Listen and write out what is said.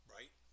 Right